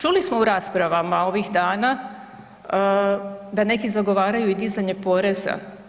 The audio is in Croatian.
Čuli smo u raspravama ovih dana da neki zagovaraju i dizanje poreza.